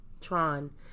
Tron